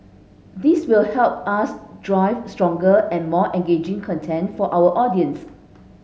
this will help us drive stronger and more engaging content for our audiences